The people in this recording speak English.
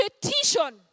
petition